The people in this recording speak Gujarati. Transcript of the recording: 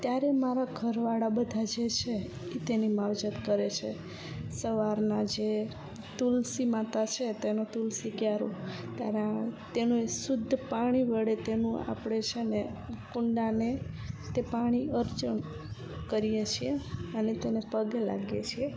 ત્યારે મારા ઘરવાળા બધા જે છે એ તેની માવજત કરે છે સવારના જે તુલસીમાતા છે તેનો તુલસી ક્યારો ત્યારે તેનું શુદ્ધ પાણી વડે તેનું આપણે જે છે ને કુંડાને તે પાણી અર્ચન કરીએ છીએ અને તેને પગે લાગીએ છીએ